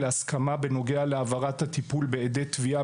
להסכמה בנוגע להעברת הטיפול בעדי תביעה